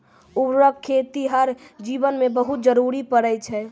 उर्वरक रो खेतीहर जीवन मे बहुत जरुरी पड़ै छै